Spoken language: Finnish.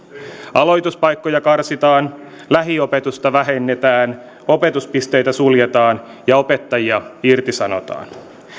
aloituspaikkoja karsitaan lähiopetusta vähennetään opetuspisteitä suljetaan ja opettajia irtisanotaan